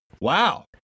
Wow